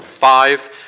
five